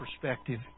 perspective